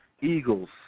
Eagles